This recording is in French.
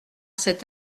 cet